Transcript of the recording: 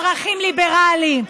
ערכים ליברליים,